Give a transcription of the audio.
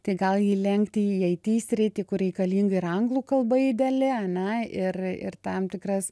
tai gal jį lenkti į it sritį kur reikalinga ir anglų kalba ideale ane ir ir tam tikras